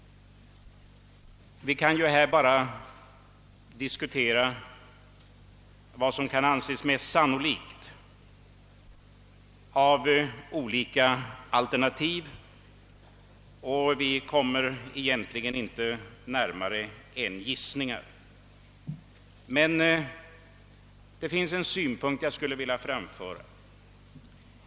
Vi kan bara diskutera, vilket alternativ som kan anses mest sannolikt och kommer egentligen inte längre än till gissningar. Jag skulle emellertid vilja framföra en synpunkt härvidlag.